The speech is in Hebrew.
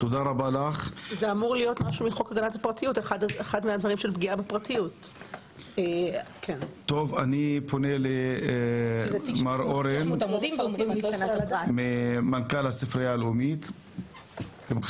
איננו יכול לחכות זמן ממושך בין היום שהוא מזמין את התיק ליום שהוא